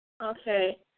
Okay